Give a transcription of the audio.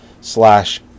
slash